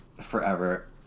forever